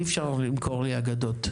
אי אפשר למכור לי אגדות.